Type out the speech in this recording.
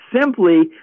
simply